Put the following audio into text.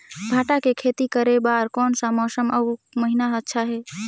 भांटा के खेती करे बार कोन सा मौसम अउ महीना अच्छा हे?